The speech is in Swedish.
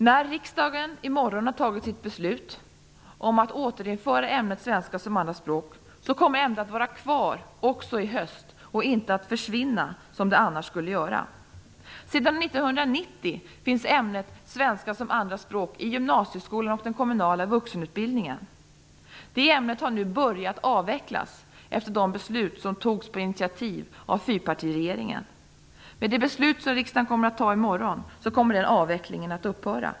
När riksdagen i morgon har fattat sitt beslut om att återinföra ämnet svenska som andraspråk kommer ämnet att vara kvar också i höst och inte att försvinna som det annars skulle ha gjort. Sedan 1990 finns ämnet svenska som andraspråk i gymnasieskolan och den kommunala vuxenutbildningen. Det ämnet har nu börjat avvecklas efter de beslut som fattades på initiativ av fyrpartiregeringen. Med det beslut som riksdagen kommer att fatta i morgon kommer den avvecklingen att upphöra.